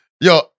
Yo